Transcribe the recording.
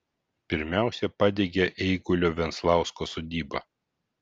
pirmiausiai padegė eigulio venslausko sodybą